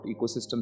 ecosystems